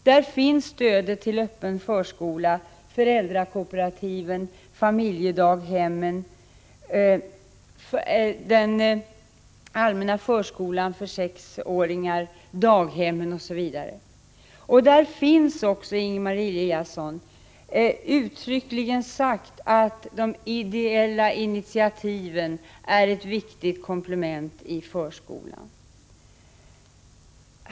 Där finns stödet till den öppna förskolan, föräldrakooperativen, familjedaghemmen, den allmänna förskolan för 6-åringar, daghemmen osv. Där har också, Ingemar Eliasson, uttryckligen angivits att de ideella initiativen är ett viktigt komplement i förskolan.